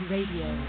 Radio